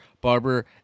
barber